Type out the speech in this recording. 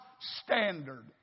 standard